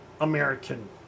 American